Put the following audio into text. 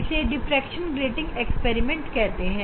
इसे diffraction grating प्रयोग कहते हैं